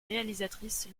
réalisatrice